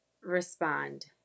respond